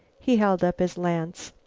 he held up his lance.